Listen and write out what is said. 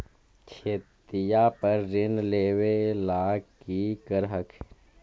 खेतिया पर ऋण लेबे ला की कर हखिन?